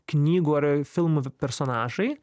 knygų ar filmų personažai